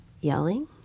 yelling